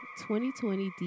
2020